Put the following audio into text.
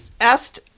asked